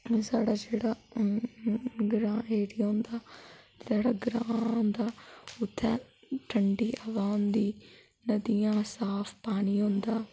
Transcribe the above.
साढ़ा जेहड़ा ग्रां ऐरिया होंदा ते जेहड़ा ग्रां होंदा उत्थै ठण्डी हवा होंदी नदियां साफ पानी होंदा